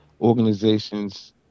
organizations